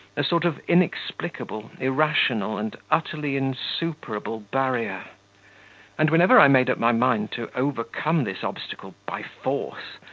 a sort of inexplicable, irrational, and utterly insuperable barrier and whenever i made up my mind to overcome this obstacle by force,